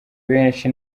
benshi